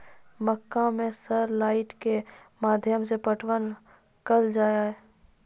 मक्का मैं solar light के माध्यम से पटवन कल आ जाए?